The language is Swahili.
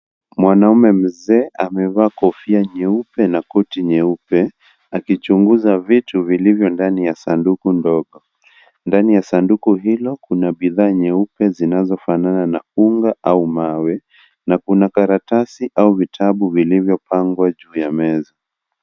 Mwanaume mzee amevaaa kofia nyeupe na koti nyeupe akichunguza vitu vilivyo ndani ya sanduku ndogo , ndani ya sanduku hilo kuna bidhaa nyeupe zinaofanana na unga au mawe na kuna karatasi au vitabu vilivyopangwa juu ya meza.